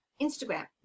Instagram